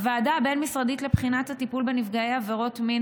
הוועדה הבין-משרדית לבחינת הטיפול בנפגעי עבירות מין